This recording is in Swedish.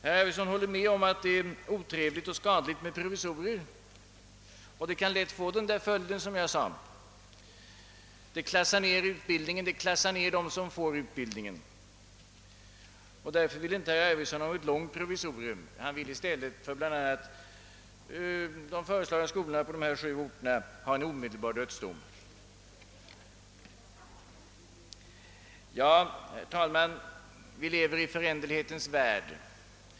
Herr Arvidson håller med om att det är otrevligt och skadligt med provisorier, och de kan lätt få den följd jag antydde: det klassar ner utbildningen och dem som får den. Därför vill inte herr Arvidson ha ett långt provisorium utan önskar i stället en omedelbar dödsdom för bl.a. de föreslagna skolorna på de här sju orterna. Herr talman! Vi lever i en föränderlighetens värld.